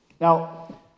Now